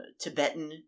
Tibetan